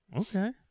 Okay